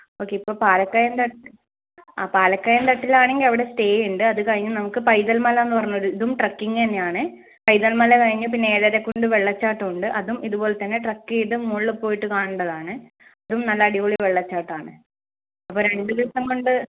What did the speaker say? okay ഇപ്പോൾ പാലക്കയം തട്ട് ആ പാലക്കയം തട്ടിൽ ആണെങ്കിൽ അവിടെ സ്റ്റേ ഉണ്ട് അത് കഴിഞ്ഞ് നമുക്ക് പൈതൽ മലയെന്നു പറഞ്ഞ ഒരു ഇതും ട്രക്കിങ് തന്നെ ആണേ പൈതൽ മല കഴിഞ്ഞു പിന്നെ ഏഴര കുണ്ട് വെള്ളച്ചാട്ടം ഉണ്ട് അതും ഇതുപോലെ തന്നെ ട്രക്ക് ചെയ്ത് മുകളിൽ പോയിട്ട് കാണേണ്ടത് ആണ് ഇതും നല്ല അടിപൊളി വെള്ളച്ചാട്ടം ആണ് അപ്പോൾ രണ്ടു ദിവസം കൊണ്ട്